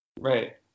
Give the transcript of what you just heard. Right